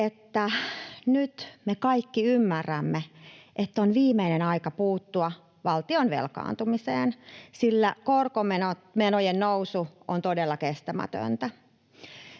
että nyt me kaikki ymmärrämme, että on viimeinen aika puuttua valtion velkaantumiseen, sillä korkomenojen nousu on todella kestämätöntä.